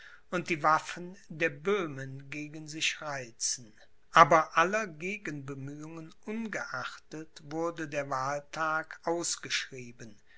und die waffen der böhmen gegen sich reizen aber aller gegenbemühungen ungeachtet wurde der wahltag ausgeschrieben